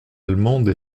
allemande